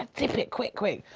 and dip it quick, quick!